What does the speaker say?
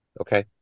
Okay